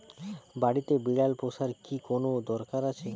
বাড়িতে বিড়াল পোষার কি কোন দরকার আছে?